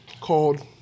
called